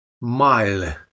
Mile